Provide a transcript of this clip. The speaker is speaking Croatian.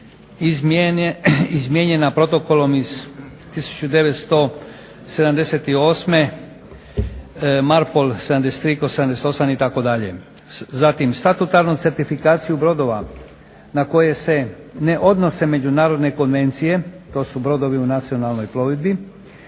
izmijenjena protokolom iz 1978. MARPOL 73/78 itd. Zatim statutarnu certifikaciju brodova na koje se ne odnose međunarodne konvencije, to su brodovi u nacionalnoj plovidbi,